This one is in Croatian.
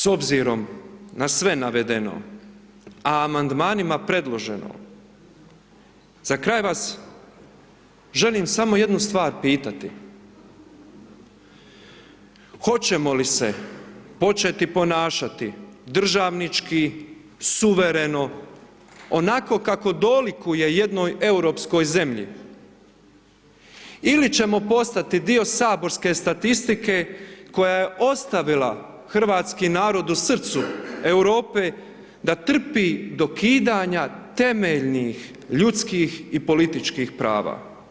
S obzirom na sve navedeno a amandmanima predloženo za kraj vas želim samo jednu stvar pitati hoćemo li se početi ponašati državnički, suvereno, onako kako dolikuje jednoj europskoj zemlji ili ćemo postati dio saborske statistike koja je ostavila hrvatski narod u srcu Europe da trpi dokidanja temeljnih ljudskih i političkih prava.